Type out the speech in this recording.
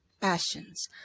passions